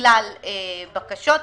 כלל בקשות.